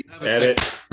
Edit